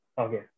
Okay